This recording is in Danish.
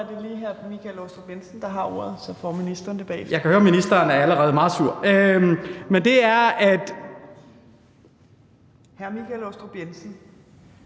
er det lige hr. Michael Aastrup Jensen, der har ordet, så får ministeren det bagefter). Jeg kan høre, at ministeren allerede er meget sur. Jeg håber, at ministeren